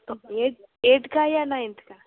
अब eight eighth का ninth का